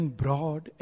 broad